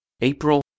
April